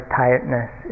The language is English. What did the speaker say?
tiredness